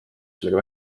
sellega